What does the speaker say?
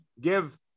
give